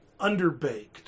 underbaked